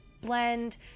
blend